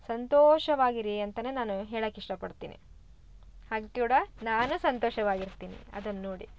ಸಂತೋಷವಾಗಿರಿ ಅಂತಾನೆ ನಾನು ಹೇಳೋಕ್ ಇಷ್ಟಪಡ್ತೀನಿ ಹಾಗೆ ಕೂಡ ನಾನು ಸಂತೋಷವಾಗಿರ್ತೀನಿ ಅದನ್ನು ನೋಡಿ